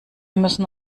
müssen